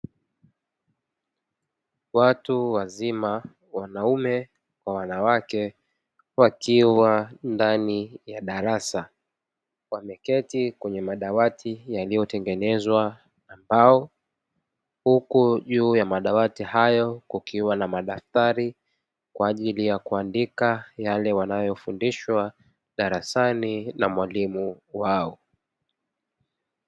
Watu wazima wanaume kwa wanawake wakiwa ndani ya darasa wameketi kwenye madawati yaliyotengenezwa na mbao, huku juu ya madawati hayo kukiwa na madaftari kwa ajili ya kuandika yale wanayofundishwa darasani na mwalimu wao.